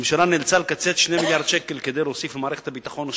הממשלה נאלצה לקצץ 2 מיליארדי שקלים כדי להוסיף למערכת הביטחון.